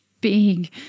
big